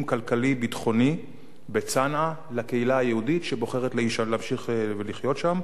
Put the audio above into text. כלכלי-ביטחוני בצנעא לקהילה היהודית שבוחרת להמשיך ולחיות שם,